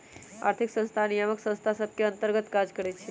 आर्थिक संस्थान नियामक संस्था सभ के अंतर्गत काज करइ छै